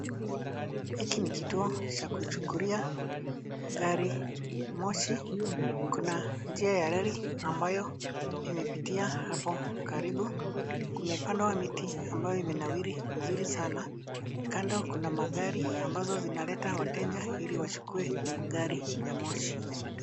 Hiki ni kituo cha kuchukulia gari moshi. Kuna njia ya reli ambayo imepitia hapo karibu. Imepandwa miti ambayo imenawiri vizuri sana. Kando kuna magari ambazo zinaleta wateja ili wachukue gari ya moshi.